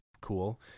cool